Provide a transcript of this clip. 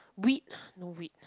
we no weak